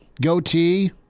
Goatee